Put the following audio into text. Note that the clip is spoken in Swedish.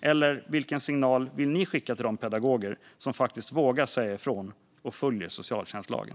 Eller vilken signal vill ni skicka till de pedagoger som faktiskt vågar säga ifrån och följer socialtjänstlagen?